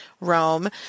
Rome